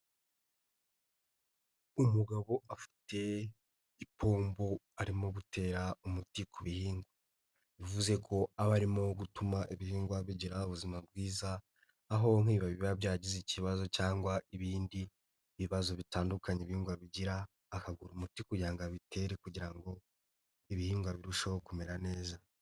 Umugabo afite ipombo arimo gutera umuti ku bihingwa, bivuze ko aba arimo gutuma ibihingwa bigira ubuzima bwiza, aho nk'ibibabi biba byagize ikibazo cyangwa ibindi bibazo bitandukanye ibihingwa bigira ,akagura umuti kugira ngo abitere, kugira ngo ibihingwa birusheho kumera neza.